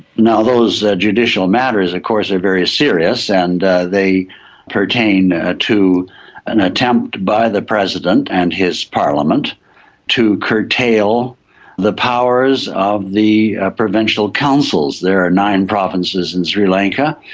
now, those judicial matters of course a very serious and they pertain to an attempt by the president and his parliament to curtail the powers of the provincial councils. there are nine provinces in sri lanka,